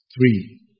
Three